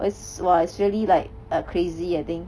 !wah! it's really like uh crazy I think